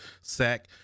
sack